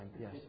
Yes